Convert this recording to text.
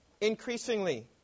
increasingly